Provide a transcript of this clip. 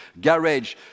garage